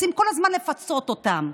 רוצים כל הזמן לפצות אותם.